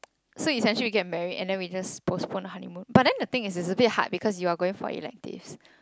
so essentially you get married and then we just postpone the honeymoon but then the thing is that is a bit hard be you are going for electives